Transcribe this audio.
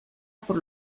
por